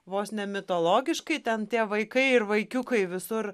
vos ne mitologiškai ten tie vaikai ir vaikiukai visur